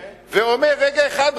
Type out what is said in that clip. ואומר: רגע אחד,